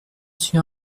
suis